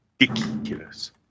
ridiculous